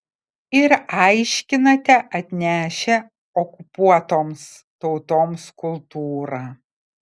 ir aiškinate atnešę okupuotoms tautoms kultūrą